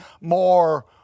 more